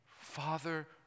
Father